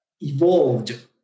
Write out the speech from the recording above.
evolved